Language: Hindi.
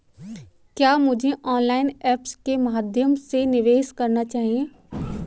क्या मुझे ऑनलाइन ऐप्स के माध्यम से निवेश करना चाहिए?